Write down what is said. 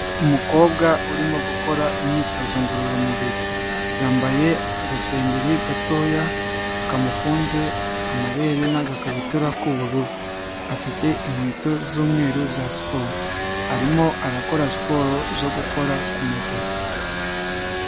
Umukobwa urimo gukora imyitozo ngororamubiri, yambaye agasengeri gatoya kamufunze amabere n'agakabutura k'ubururu, afite inkweto z'umweru za siporo, arimo arakora siporo zo gukora ku maguru.